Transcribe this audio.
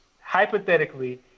Hypothetically